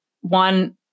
one –